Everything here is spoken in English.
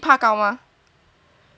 ya 对你怕高吗